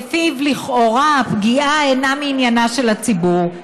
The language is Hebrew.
שלפיו לכאורה הפגיעה אינה מעניינה של הציבור,